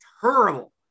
terrible